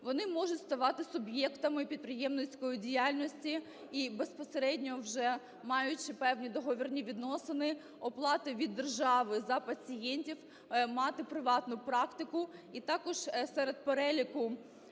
Вони можуть ставати суб'єктами підприємницької діяльності і, безпосередньо вже маючи певні договірні відносини оплати від держави за пацієнтів, мати приватну практику. І також серед переліку